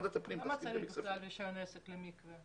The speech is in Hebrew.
--- רישיון עסק למקווה?